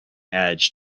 edge